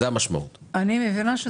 אני מבינה,